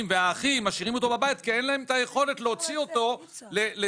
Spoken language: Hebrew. והאחים משאירים אותו בבית כי אין להם את היכולת להוציא אותו לטיולים?